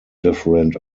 different